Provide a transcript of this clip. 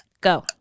Go